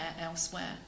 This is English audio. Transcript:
elsewhere